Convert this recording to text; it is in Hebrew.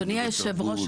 אדוני יושב הראש,